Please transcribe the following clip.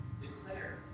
declare